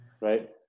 Right